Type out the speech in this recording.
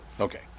Okay